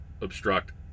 obstruct